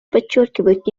подчеркивают